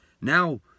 Now